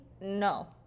No